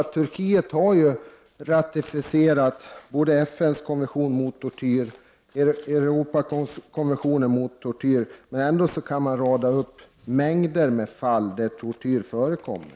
Turkiet har ratificerat både FN:s konvention mot tortyr och Europakonventionen mot tortyr, men ändå kan man rada upp mängder av fall där tortyr förekommer.